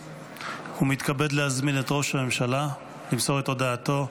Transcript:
ומתכבד להזמין את ראש הממשלה למסור את הודעתו.